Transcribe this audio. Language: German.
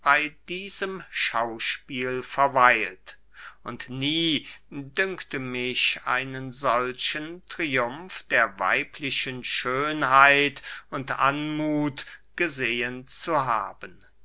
diesem schauspiel verweilt und nie dünkte mich einen solchen triumf der weiblichen schönheit und anmuth gesehen zu haben